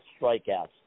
strikeouts